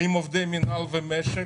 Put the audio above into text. האם עובדי מינהל ומשק?